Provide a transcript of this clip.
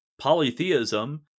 polytheism